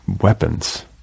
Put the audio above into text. weapons